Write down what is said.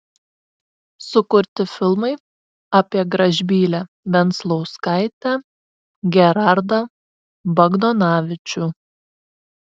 sukurti filmai apie gražbylę venclauskaitę gerardą bagdonavičių